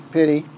Pity